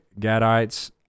Gadites